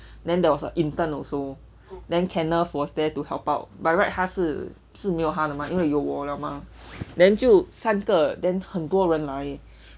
then there was a intern also then kenneth was there to help out by right 本来他是是没有他的嘛因为有我了嘛 then 就三个 then 很多人来